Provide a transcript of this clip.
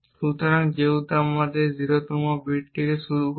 সুতরাং যেহেতু আমরা 0 তম বিট দিয়ে শুরু করি